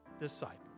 disciple